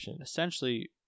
Essentially